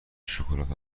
شکلات